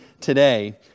today